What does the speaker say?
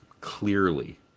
clearly